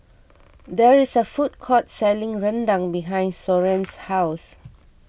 there is a food court selling Rendang behind Soren's house